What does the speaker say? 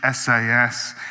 SAS